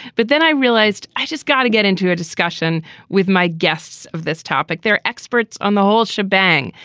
but then i realized i just got to get into a discussion with my guests of this topic. they're experts on the whole shebang.